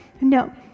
no